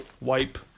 Wipe